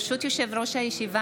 ברשות יושב-ראש הישיבה,